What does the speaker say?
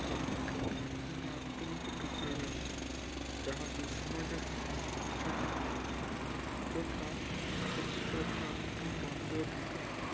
କୌଣସି ପ୍ରଥା କିମ୍ବା ରୀତିନୀତି ବିଷୟରେ ଯାହାକୁ ସମାଜସେବୀମାନେ ଉଚ୍ଛେଦ କରିଥିଲେ ଯଥା ସତୀପ୍ରଥା ଏବଂ ବାଲ୍ୟ ବିବାହ